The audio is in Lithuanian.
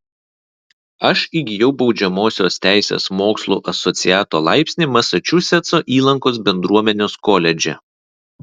aš įgijau baudžiamosios teisės mokslų asociato laipsnį masačusetso įlankos bendruomenės koledže